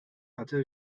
hatte